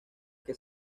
que